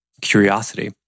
Curiosity